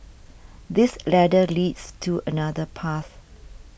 this ladder leads to another path